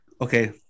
Okay